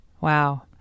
Wow